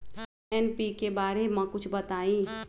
NPK बारे म कुछ बताई?